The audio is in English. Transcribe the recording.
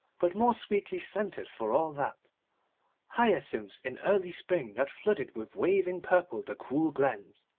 but more sweetly scented for all that hyacinths in early spring that flooded with waving purple the cool glens,